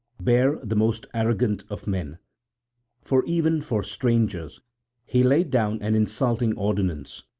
bare the most arrogant of men for even for strangers he laid down an insulting ordinance,